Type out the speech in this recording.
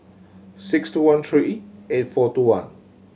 six two one three eight four two one